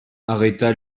arrêta